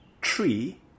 tree